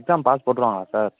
exam pass போட்டுருவாங்களா sir